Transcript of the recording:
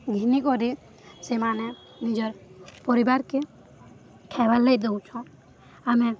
ଘିନିକରି ସେମାନେ ନିଜର ପରିବାରକେ ଖାଇବାର୍ ଲାଗି ଦେଉଛନ୍ ଆମେ